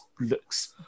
looks